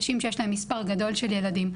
נשים שיש להן מספר גדול של ילדים,